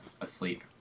asleep